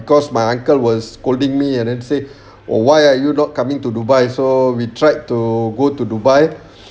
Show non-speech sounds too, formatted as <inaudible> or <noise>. because my uncle was scolding me and then say oh why are you not coming to dubai so we tried to go to dubai <breath>